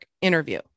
interview